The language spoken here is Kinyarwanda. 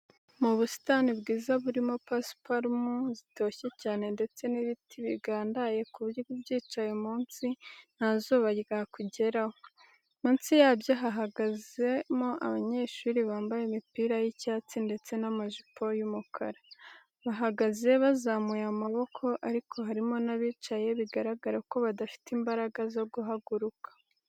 Mu busitani bwiza burimo pasiparumu zitoshye cyane ndetse n'ibiti bigandaye ku buryo ubyicaye munsi nta zuba ryakugeraho, munsi yabyo hahagazemo abanyeshuri bambaye imipira y'icyatsi ndetse n'amajipo y'umukara. Bahagaze bazamuye amaboko ariko harimo n'abicaye bigaragara ko badafite imbaraga zo guhaguruka.